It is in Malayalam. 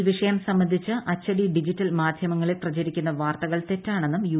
ഈ വിഷയം സംബന്ധിച്ച് അച്ചടി ഡിജിറ്റൽ മാധ്യമങ്ങളിൽ പ്രചരിക്കുന്ന വാർത്തകൾ തെറ്റാണെന്നും യു